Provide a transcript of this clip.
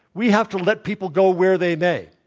we have to let people go where they may.